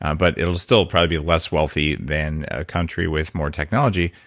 um but it'll still probably be less wealthy than a country with more technology,